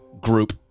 group